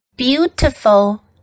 Beautiful